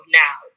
now